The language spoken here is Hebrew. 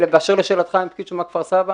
באשר לשאלתך לגבי פקיד שומה כפר סבא